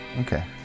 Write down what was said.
Okay